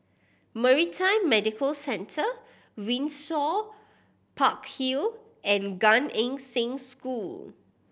Maritime Medical Centre Windsor Park Hill and Gan Eng Seng School